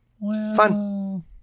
Fun